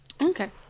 Okay